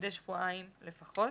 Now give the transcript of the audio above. מדי שבועיים לפחות.